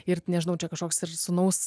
ir nežinau čia kažkoks ir sūnaus